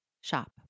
shop